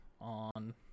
on